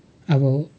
अब